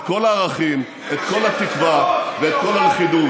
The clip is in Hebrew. את כל הערכים, את כל התקווה ואת כל הלכידות.